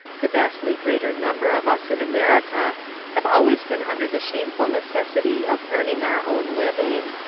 the vastly greater number of us in america have always been under the shameful necessity of earning our own living.